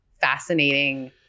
fascinating